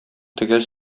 төгәл